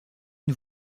une